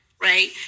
Right